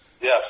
Yes